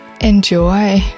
enjoy